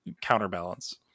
counterbalance